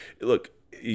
Look